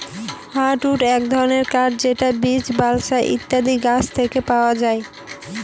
hardwood এক ধরনের কাঠ যেটা বীচ, বালসা ইত্যাদি গাছ থেকে পাওয়া যায়